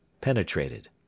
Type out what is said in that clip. penetrated